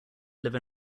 live